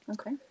Okay